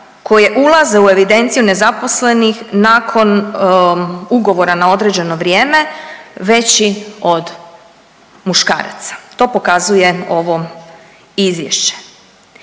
koje ulaze u evidenciju nezaposlenih nakon ugovora na određeno vrijeme veći od muškaraca, to pokazuje ovo Izvješće.